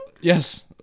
yes